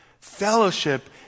Fellowship